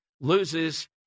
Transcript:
loses